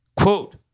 Quote